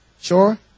Sure